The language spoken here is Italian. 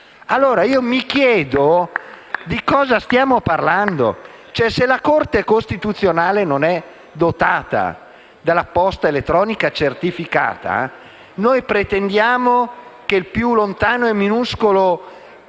allora di cosa stiamo parlando: se la Corte costituzionale non è dotata della posta elettronica certificata, noi pretendiamo che il più lontano e minuscolo